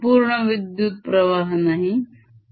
संपूर्ण विद्युत्प्रवाह नाही